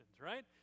right